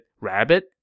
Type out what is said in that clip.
rabbit